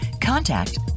contact